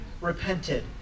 repented